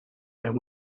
and